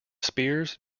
spears